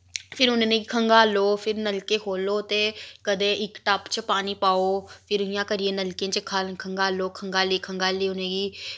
फिर उ'नें गी खंगालो फिर नलके खोलो ते कदें इक टप्प च पानी पाओ फिर इ'यां करियै नलकें च खंगालो खंगाली खंगाली उ'नें गी